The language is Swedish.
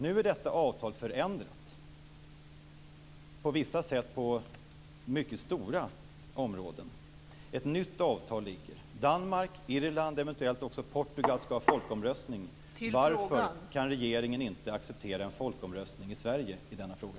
Nu är detta avtal på vissa sätt förändrat, på mycket stora områden. Ett nytt avtal föreligger. Danmark, Irland och eventuellt också Portugal skall genomföra folkomröstningar. Varför kan inte den svenska regeringen acceptera en folkomröstning i Sverige i denna fråga?